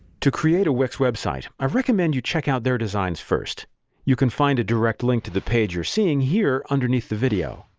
to create a wix website i recommend you check out their designs first you can find a direct link to the page you're seeing here underneath the video.